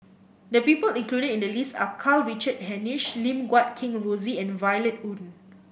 the people included in the list are Karl Richard Hanitsch Lim Guat Kheng Rosie and Violet Oon